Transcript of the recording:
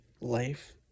life